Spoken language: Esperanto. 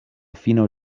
fino